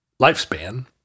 lifespan